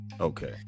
Okay